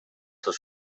tot